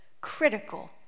critical